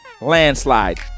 landslide